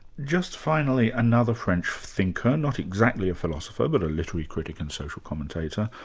just finally, another french thinker, not exactly a philosopher but a literary critic and social commentator,